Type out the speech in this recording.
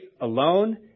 alone